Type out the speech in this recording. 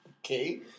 Okay